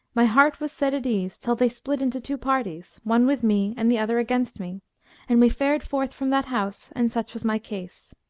my heart was set at ease till they split into two parties, one with me and the other against me and we fared forth from that house and such was my case.